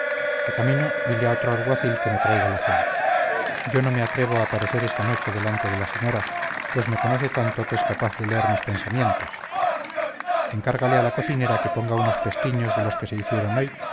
de camino dile a otro alguacil que me traiga la cena yo no me atrevo a aparecer esta noche delante de la señora pues me conoce tanto que es capaz de leer en mis pensamientos encárgale a la cocinera que ponga unos pestiños de los que se hicieron hoy